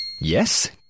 yes